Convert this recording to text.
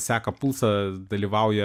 seka pulsą dalyvauja